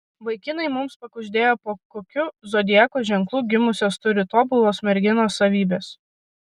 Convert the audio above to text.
vaikinai mums pakuždėjo po kokiu zodiako ženklu gimusios turi tobulos merginos savybes